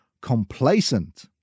complacent